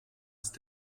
ist